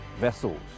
vessels